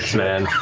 man.